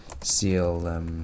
seal